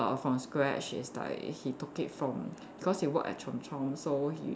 from scratch is like he took it from cause he work at Chomp-Chomp so he